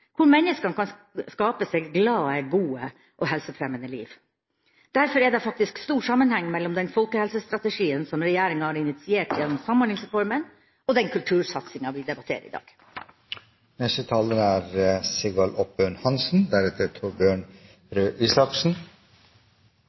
hvor mennesker kan skape seg glade, gode og helsefremmende liv. Derfor er det faktisk stor sammenheng mellom den folkehelsestrategien som regjeringa har initiert gjennom Samhandlingsreformen, og den kultursatsinga vi debatterer i dag.